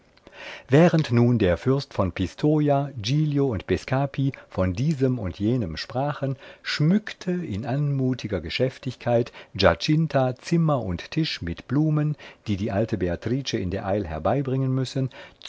während nun der fürst von pistoja giglio und bescapi von diesem und jenem sprachen schmückte in anmutiger geschäftigkeit giacinta zimmer und tisch mit blumen die die alte beatrice in der eil herbeibringen müssen